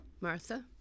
Martha